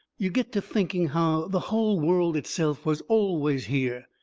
you get to thinking how the hull world itself was always here,